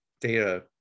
data